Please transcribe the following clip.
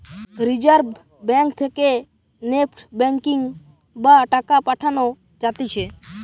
reserve bank থেকে NEFT banking বা টাকা পাঠান যাতিছে